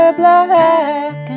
black